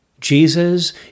Jesus